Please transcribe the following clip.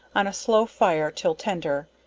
on a slow fire till tender,